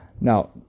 now